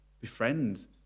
befriend